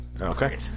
Okay